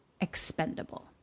expendable